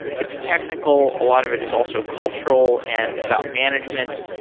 its technical. a lot of it is also cultural and about management,